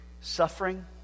Suffering